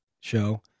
show